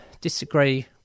disagree